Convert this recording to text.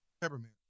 Peppermint